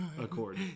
Accord